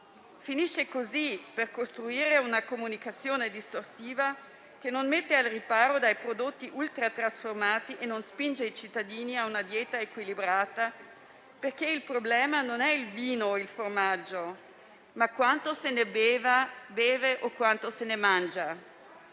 Finisce così per costruire una comunicazione distorsiva che non mette al riparo dai prodotti ultra trasformati e non spinge i cittadini ad una dieta equilibrata. Il problema non è infatti il vino o il formaggio, ma quanto se ne beve o quanto se ne mangia.